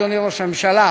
אדוני ראש הממשלה,